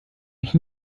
mich